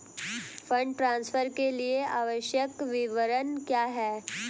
Fund transfer के लिए आवश्यक विवरण क्या हैं?